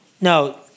No